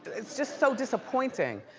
it's just so disappointing.